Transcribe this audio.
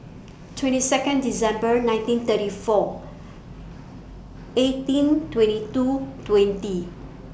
twenty Second December nineteen thirty four eighteen twenty two twenty